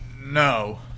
no